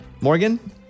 Morgan